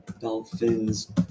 Dolphins